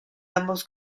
ambos